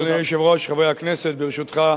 אדוני היושב-ראש, חברי הכנסת, ברשותך,